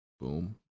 Boom